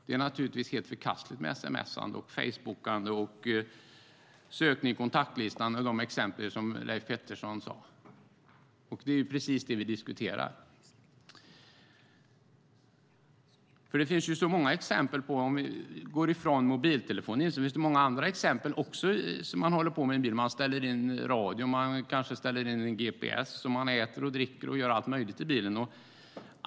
Det är naturligtvis helt förkastligt att sms:a, "facebooka", söka i kontaktlistan eller göra annat som Leif Pettersson tog upp. Det är precis vad vi diskuterar. Men om vi bortser från mobiltelefonen finns det exempel på mycket annat som kan göras i en bil. Man ställer in radion, gps:en, äter, dricker och gör allt möjligt i bilen.